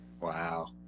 Wow